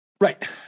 Right